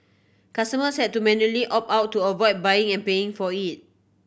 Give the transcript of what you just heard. customers had to manually opt out to avoid buying and paying for it